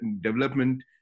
development